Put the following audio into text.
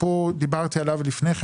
דיברתי עליו לפני כן,